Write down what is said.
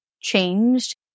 changed